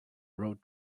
road